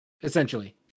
essentially